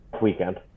weekend